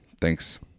Thanks